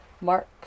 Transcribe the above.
Mark